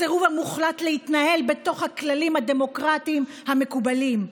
הסירוב המוחלט להתנהל בתוך הכללים הדמוקרטיים המקובלים,